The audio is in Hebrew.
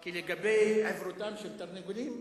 כי לגבי עיוורותם של תרנגולים,